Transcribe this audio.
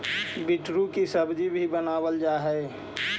beetroot की सब्जी भी बनावाल जा हई